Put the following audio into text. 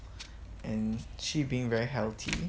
and she being very healthy